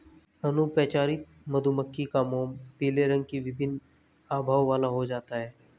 अनुपचारित मधुमक्खी का मोम पीले रंग की विभिन्न आभाओं वाला हो जाता है